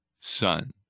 son